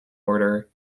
order